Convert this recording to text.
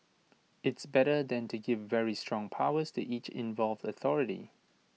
it's better than to give very strong powers to each involved authority